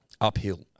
Uphill